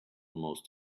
most